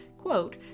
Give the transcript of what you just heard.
quote